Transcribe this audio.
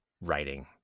writing